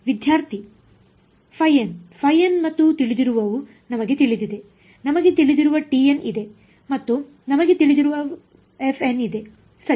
ವಿದ್ಯಾರ್ಥಿ ϕn ϕn ಮತ್ತು ತಿಳಿದಿರುವವು ನಮಗೆ ತಿಳಿದಿದೆ ನಮಗೆ ತಿಳಿದಿರುವ tn ಇದೆ ಮತ್ತು ನಮಗೆ ತಿಳಿದಿರುವ fn ಇದೆ ಸರಿ